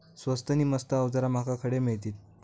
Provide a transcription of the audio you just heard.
स्वस्त नी मस्त अवजारा माका खडे मिळतीत?